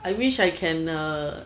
I wish I can uh